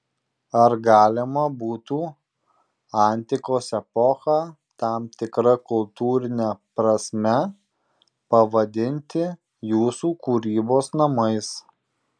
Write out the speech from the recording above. ar galima būtų antikos epochą tam tikra kultūrine prasme pavadinti jūsų kūrybos namais